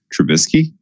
Trubisky